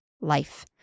life